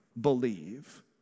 believe